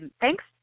Thanks